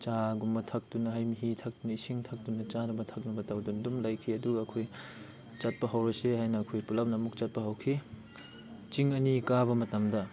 ꯆꯥꯒꯨꯝꯕ ꯊꯛꯇꯨꯅ ꯍꯩ ꯃꯍꯤ ꯊꯛꯇꯨꯅ ꯏꯁꯤꯡ ꯊꯛꯇꯨꯅ ꯆꯥꯅꯕ ꯊꯛꯅꯕ ꯇꯧꯗꯨꯅ ꯑꯗꯨꯝ ꯂꯩꯈꯤ ꯑꯗꯨꯒ ꯑꯩꯈꯣꯏ ꯆꯠꯄ ꯍꯧꯔꯁꯦ ꯍꯥꯏꯅ ꯑꯩꯈꯣꯏ ꯄꯨꯂꯞꯅ ꯑꯃꯨꯛ ꯆꯠꯄ ꯍꯧꯈꯤ ꯆꯤꯡ ꯑꯅꯤ ꯀꯥꯕ ꯃꯇꯝꯗ